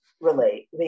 relate